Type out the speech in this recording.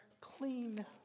clean